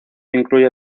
incluye